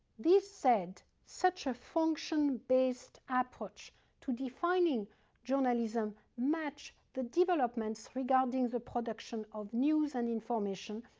this said, such a function-based approach to defining journalism match the developments regarding the production of news and information,